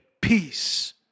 peace